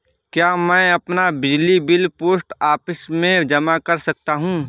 क्या मैं अपना बिजली बिल पोस्ट ऑफिस में जमा कर सकता हूँ?